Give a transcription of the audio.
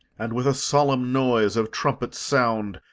and, with a solemn noise of trumpets' sound,